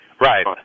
Right